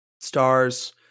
Stars